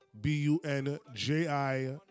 B-U-N-J-I